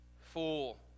Fool